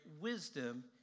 wisdom